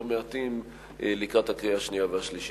מעטים לקראת הקריאה השנייה והקריאה השלישית.